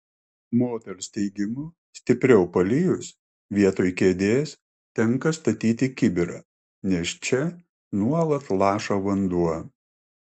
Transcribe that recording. moters teigimu stipriau palijus vietoj kėdės tenka statyti kibirą nes čia nuolat laša vanduo